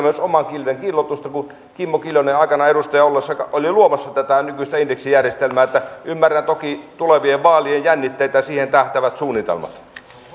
myös oman kilven kiillotusta kun kimmo kiljunen aikanaan edustajana ollessaan oli luomassa tätä nykyistä indeksijärjestelmää ymmärrän toki tulevien vaalien jännitteitä ja siihen tähtäävät suunnitelmat